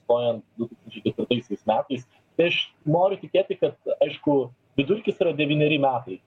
stojant du tūkstančiai ketvirtaisiais metais tai aš noriu tikėti kad aišku vidurkis yra devyneri metai